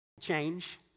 change